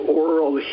oral